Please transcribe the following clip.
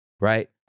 right